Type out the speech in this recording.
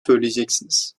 söyleyeceksiniz